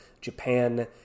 Japan